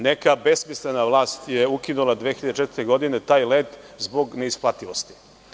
Neka besmislena vlast je ukinuta 2004. godine taj let zbog neisplativosti.